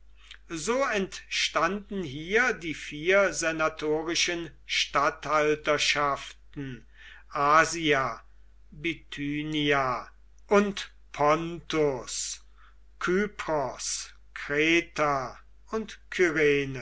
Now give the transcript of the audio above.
so entstanden hier die vier senatorischen statthalterschaften asia bithynia und pontus kypros kreta und